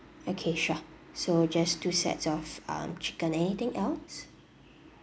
okay sure so just two sets of um chicken anything else